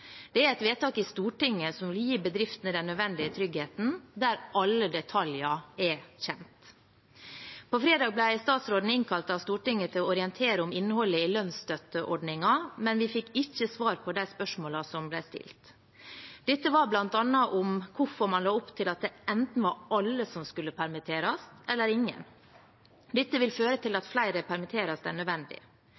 Et vedtak i Stortinget der alle detaljer er kjent, vil gi bedriftene den nødvendige tryggheten. På fredag ble statsråden innkalt av Stortinget til å orientere om innholdet i lønnsstøtteordningen, men vi fikk ikke svar på de spørsmålene som ble stilt, bl.a. hvorfor man la opp til at det enten var alle eller ingen som skulle permitteres. Dette vil føre til at